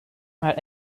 maar